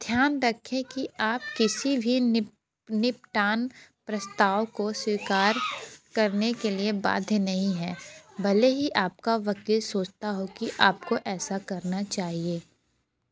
ध्यान रखें कि आप किसी भी निपटान प्रस्ताव को स्वीकार करने के लिए बाध्य नहीं हैं भले ही आपका वकील सोचता हो कि आपको ऐसा करना चाहिए